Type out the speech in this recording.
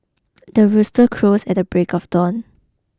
the rooster crows at the break of dawn